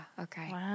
okay